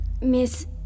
miss